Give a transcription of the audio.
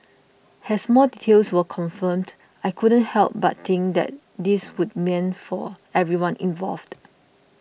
as more details were confirmed I couldn't help but think that this would mean for everyone involved